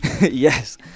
Yes